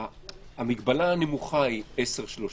המגבלה הנמוכה היא 20-30,